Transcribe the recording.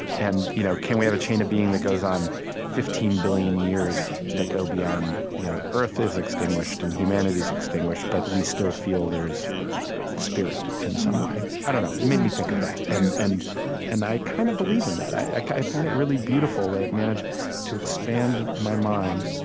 and you know can we have a chain of being that goes on fifteen billion years, that go beyond you know earth is extinguished, and humanity is extinguished, but we still feel there is spirit, in some way? i don't know, it made me think of that, and and and i kind of believe in that. i like i found it really beautiful that it managed to expand my mind,